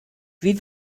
wie